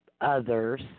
Others